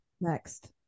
Next